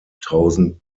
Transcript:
tausend